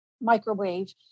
microwave